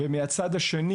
ומהצד השני